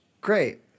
great